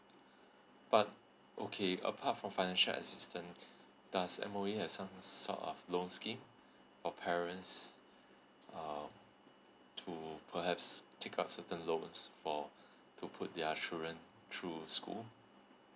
but okay apart from financial assistance does M_O_E has some sort of loan scheme for parents um to perhaps take out certain loans for to put their children through school